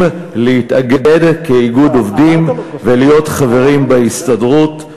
להתאגד כאיגוד עובדים ולהיות חברים בהסתדרות,